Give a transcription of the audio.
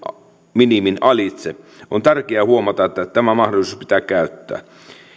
minimin alitse on tärkeää huomata että tämä mahdollisuus pitää käyttää